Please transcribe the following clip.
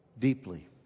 Deeply